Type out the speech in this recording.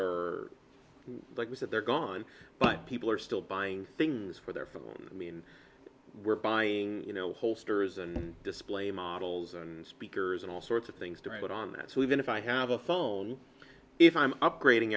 are like you said they're gone but people are still buying things for their phones i mean we're buying you know holsters and display models and speakers and all sorts of things during that on that so even if i have a phone if i'm upgrading